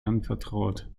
anvertraut